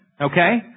Okay